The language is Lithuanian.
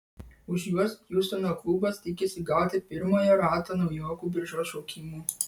už juos hjustono klubas tikisi gauti pirmojo rato naujokų biržos šaukimų